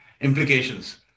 implications